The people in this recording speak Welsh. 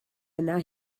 yna